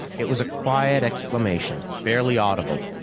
it was a quiet exclamation, barely audible.